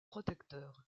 protecteurs